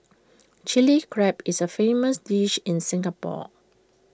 Chilli Crab is A famous dish in Singapore